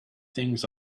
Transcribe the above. things